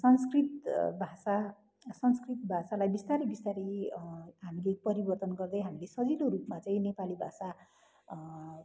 संस्कृत भाषा संस्कृत भाषालाई बिस्तारै बिस्तारै हामीले परिवर्तन गर्दै हामीले सजिलो रूपमा चाहिँ नेपाली भाषा